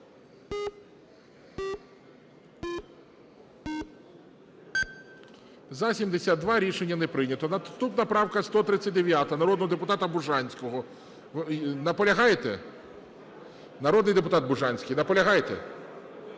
За-72 Рішення не прийнято. Наступна правка 139 народного депутата Бужанського. Наполягаєте? Народний депутат, Бужанський, наполягаєте?